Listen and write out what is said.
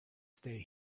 stay